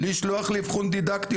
לשלוח לאבחון דידקטי,